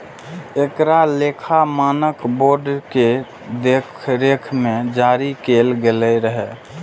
एकरा लेखा मानक बोर्ड के देखरेख मे जारी कैल गेल रहै